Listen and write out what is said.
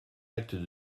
acte